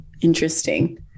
Interesting